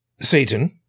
Satan